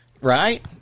right